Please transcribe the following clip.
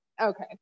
Okay